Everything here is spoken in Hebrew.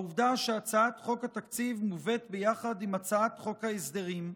העובדה שהצעת חוק התקציב מובאת ביחד עם הצעת חוק ההסדרים,